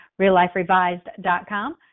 realliferevised.com